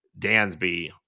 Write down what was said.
Dansby